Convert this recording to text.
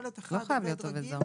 הוא לא חייב להיות עובד זר.